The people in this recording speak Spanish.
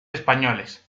españoles